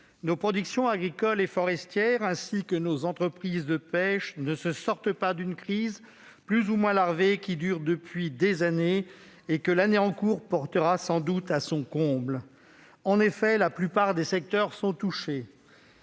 nos productions agricole et forestière, ainsi que nos entreprises de pêche ne se sortent pas d'une crise, plus ou moins larvée, qui dure depuis des années et que l'année en cours portera sans doute à son comble. En effet, la plupart des secteurs sont touchés.